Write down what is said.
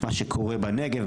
מה שקורה בנגב,